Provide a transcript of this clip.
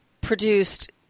produced